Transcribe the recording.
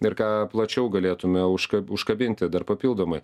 ir ką plačiau galėtume užka užkabinti dar papildomai